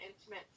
intimate